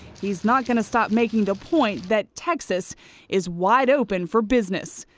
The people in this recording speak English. he's not going to stop making the point that texas is wide open for business.